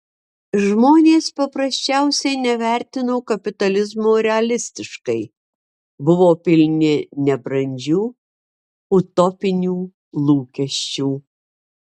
žmonės paprasčiausiai nevertino kapitalizmo realistiškai buvo pilni nebrandžių utopinių lūkesčių